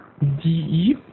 de